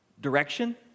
direction